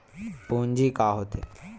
पूंजी का होथे?